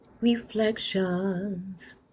Reflections